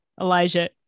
Elijah